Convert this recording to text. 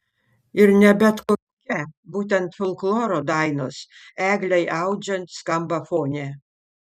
ir ne bet kokia būtent folkloro dainos eglei audžiant skamba fone